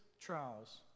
trials